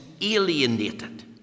alienated